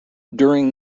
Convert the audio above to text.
during